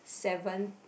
seven